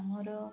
ଆମର